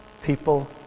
people